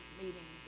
meeting